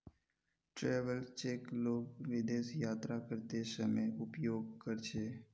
travellers cheque लोग विदेश यात्रा करते समय उपयोग कर छे